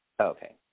Okay